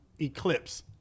eclipse